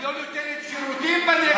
היא לא נותנת שירותים בנגב.